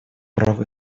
прав